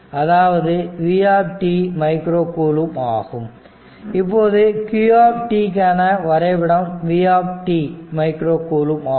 அதாவது v micro coulomb ஆகும் இப்போது q க்கான வரைபடம் v மைக்ரோ கூலும்ப் ஆகும்